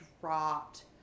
dropped